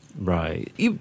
Right